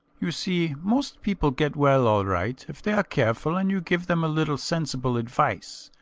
you see, most people get well all right if they are careful and you give them a little sensible advice.